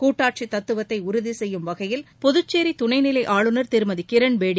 கூட்டாட்சி தத்துவத்தை உறுதி செய்யும் வகையில் புதுச்சேரி துணை நிலை ஆளுநர் திருமதி கிரண்பேடி